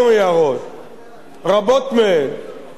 רבות מהן השגות רציניות,